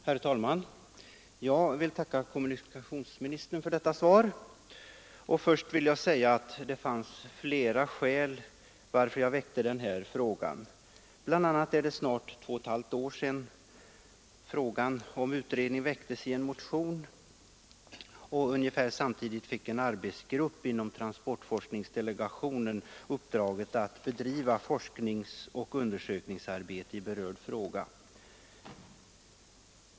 Herr talman! Jag tackar kommunikationsministern för detta svar och vill först säga att det finns flera skäl till att jag väckte frågan. Bland annat är det snart två och ett halvt år sedan frågan om en utredning togs upp i en motion. Ungefär samtidigt fick en arbetsgrupp inom transportforskningsdelegationen uppdraget att bedriva forskningsoch undersökningsarbete i berörd fråga.